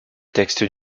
texte